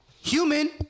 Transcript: human